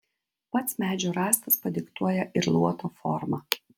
pats medžio rąstas padiktuoja ir luoto formą